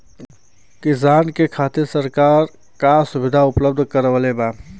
किसान के खातिर सरकार का सुविधा उपलब्ध करवले बा?